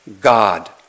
God